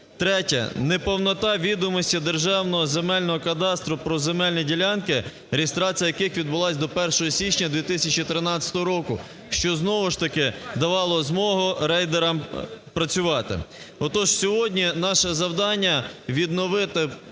Третє. Неповнота відомостей Державного земельного кадастру про земельні ділянки, реєстрація яких відбулася до 1 січня 2013 року, що, знову ж таки, давало змогу рейдерам працювати. Отож, сьогодні наше завдання – відновити